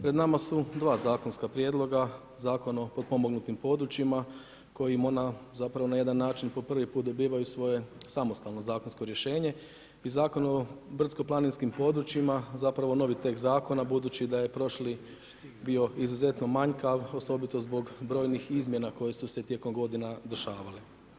Pred nama su dva zakonska prijedloga, Zakon o potpomognutim područjima kojim ona zapravo na jedan način po prvi put dobivaju svoje samostalno zakonsko rješenje i Zakon o brdsko-planinskim područjima, zapravo novi tekst zakona budući da je prošli bio izuzetno manjkav osobito zbog brojnih izmjena koje su se tijekom godina dešavale.